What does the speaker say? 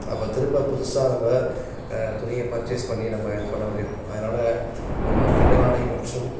அப்போ திரும்ப புதுசாக நம்ம துணியை பர்ச்சேஸ் பண்ணி நம்ம இது பண்ண வேண்டி இருக்கும் அதனால் நம்ம பின்னலாடை மற்றும்